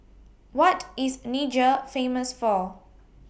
What IS Niger Famous For